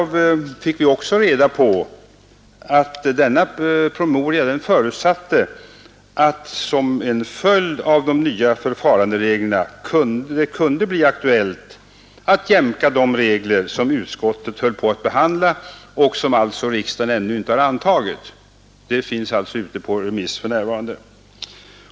Vi fick också reda på att denna promemoria förutsatte att det som en följd av de nya förfarandereglerna kunde bli aktuellt att jämka de regler som utskottet höll på att behandla och som riksdagen alltså ännu inte antagit. Detta är således ute på remiss för närvarande.